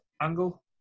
angle